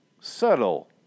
subtle